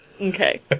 Okay